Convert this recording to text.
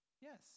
Yes